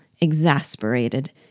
exasperated